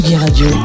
Radio